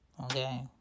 okay